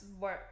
work